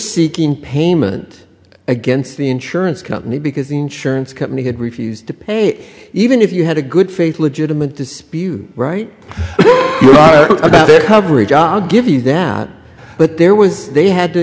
seeking payment against the insurance company because the insurance company had refused to pay even if you had a good faith legitimate dispute right about their coverage on give you that but there was they had to